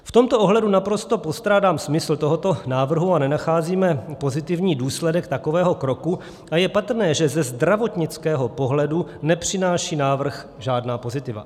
V tomto ohledu naprosto postrádám smysl tohoto návrhu, nenacházíme pozitivní důsledek takového kroku a je patrné, že ze zdravotnického pohledu nepřináší návrh žádná pozitiva.